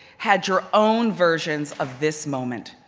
had your own versions of this moment.